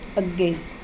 ਅੱਗੇ